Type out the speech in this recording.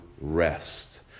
rest